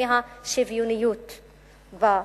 והיא גם חלק מהשוויוניות בלימודים.